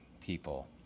people